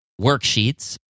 Worksheets